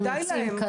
הם יוצאים.